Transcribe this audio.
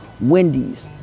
Wendy's